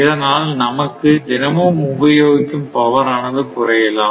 இதனால் நமக்கு தினமும் உபயோகிக்கும் பவர் ஆனது குறையலாம்